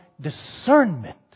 discernment